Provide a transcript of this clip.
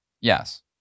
yes